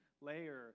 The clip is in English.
layer